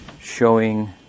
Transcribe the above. showing